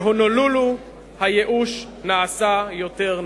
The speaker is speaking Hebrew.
בהונולולו הייאוש נעשה יותר נוח.